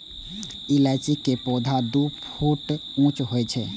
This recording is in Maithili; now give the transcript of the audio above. इलायची के पौधा दू फुट ऊंच होइ छै